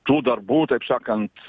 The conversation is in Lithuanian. tų darbų taip sakant